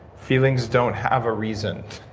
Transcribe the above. feelings don't have a reason.